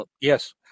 Yes